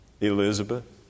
Elizabeth